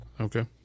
Okay